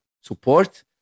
support